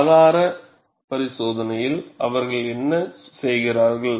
ஆதார பரிசோதனையில் அவர்கள் என்ன செய்கிறார்கள்